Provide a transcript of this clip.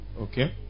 Okay